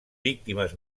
víctimes